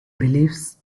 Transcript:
beliefs